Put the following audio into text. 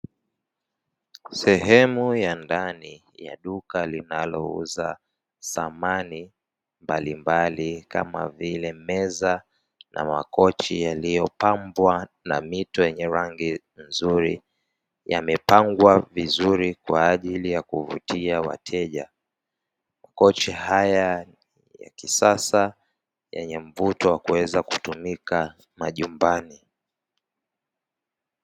Sehemu ya ndani ya duka linalouza samani mbalimbali, kama vile meza na makochi, yaliyopambwa na mito yenye rangi nzuri; yamepangwa vizuri kwa ajili ya kuvutia wateja. Makochi haya ya kisasa yenye mvuto wa kuweza kutumika majumbani.